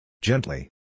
Gently